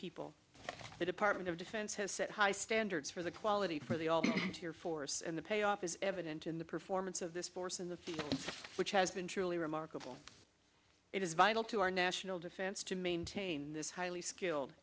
people the department of defense has set high standards for the quality for the all the force and the payoff is evident in the performance of this force in the field which has been truly remarkable it is vital to our national defense to maintain this highly skilled